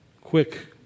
quick